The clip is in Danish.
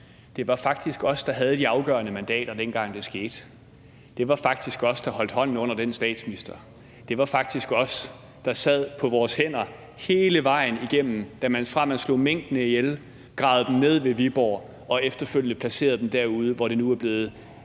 det var faktisk os, der havde de afgørende mandater, dengang det skete; det var faktisk os, der holdt hånden under den statsminister; det var faktisk os, der sad på vores hænder hele vejen igennem, fra man slog minkene ihjel, gravede dem ned ved Viborg og efterfølgende placerede dem derude, hvor det nu er blevet